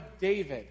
David